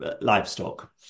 livestock